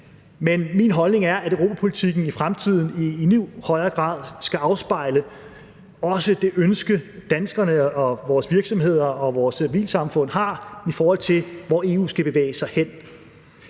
Men min holdning er, at europapolitikken i fremtiden i endnu højere grad skal afspejle også det ønske, danskerne og vores virksomheder og vores civilsamfund har, i forhold til hvor EU skal bevæge sig hen.